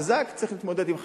חזק צריך להתמודד עם חזקים.